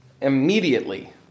immediately